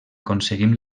aconseguim